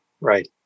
right